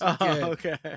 okay